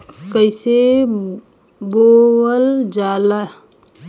कईसे बोवल जाले?